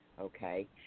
okay